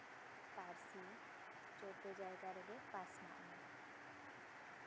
ᱯᱟᱹᱨᱥᱤ ᱡᱚᱛᱚ ᱡᱟᱭᱜᱟ ᱨᱮᱜᱮ ᱯᱟᱥᱱᱟᱜ ᱢᱟ